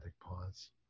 pause